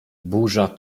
burza